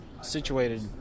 situated